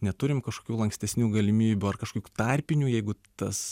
neturim kažkokių lankstesnių galimybių ar kažkokių tarpinių jeigu tas